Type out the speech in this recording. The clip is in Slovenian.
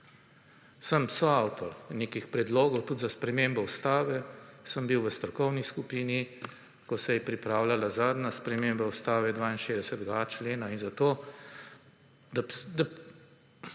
Sem soavtor nekih predlogov, tudi za spremembo Ustave, sem bil v strokovni skupini, ko se je pripravljala zadnja sprememba Ustave 62.a člena, in zato, da,